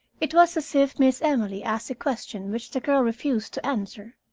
it was as if miss emily asked a question which the girl refused to answer.